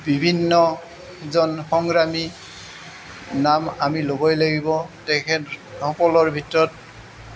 বিভিন্ন জন সংগ্ৰামী নাম আমি ল'বই লাগিব তেখেতসকলৰ ভিতৰত